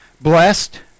Blessed